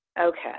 Okay